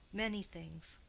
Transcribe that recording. many things.